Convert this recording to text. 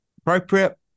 Appropriate